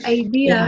idea